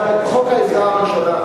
חוק העזרה הראשונה,